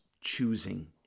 choosing